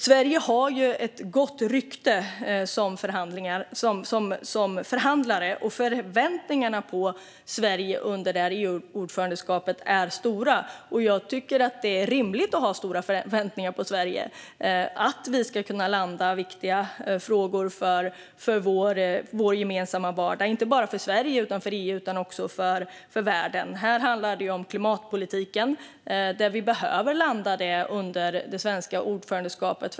Sverige har ett gott rykte som förhandlare, och förväntningarna på Sverige under EU-ordförandeskapet är stora. Jag tycker att det är rimligt att ha stora förväntningar på Sverige när det gäller att vi ska kunna landa viktiga frågor för vår gemensamma vardag - frågor som är viktiga inte bara för Sverige utan också för EU och för världen. Här handlar det ju om klimatpolitiken, som vi behöver landa under det svenska ordförandeskapet.